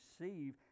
receive